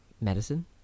medicine